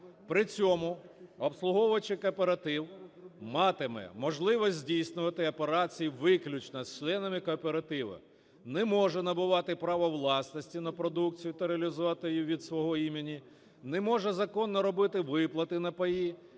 При цьому обслуговуючий кооператив матиме можливість здійснювати операції виключно з членами кооперативу. Не може набувати право власності на продукцію та реалізовувати її від свого імені, не може законно робити виплати на паї